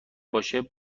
باشه